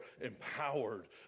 empowered